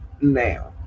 now